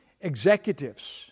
executives